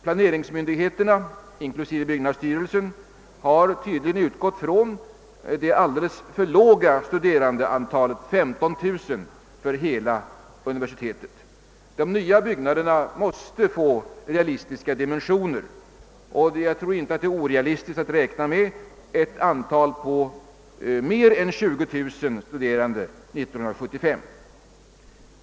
Planeringsmyndigheterna, inklusive byggnadsstyrelsen, har tydligen utgått från det alldeles för låga studerandeantalet 15000 för hela universitetet. De nya byggnaderna måste få riktiga dimensioner. Jag tror inte att det är orealistiskt att räkna med ett antal på mer än 20000 studerande år 1975.